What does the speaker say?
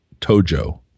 tojo